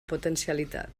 potencialitat